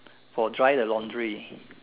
for dry the laundry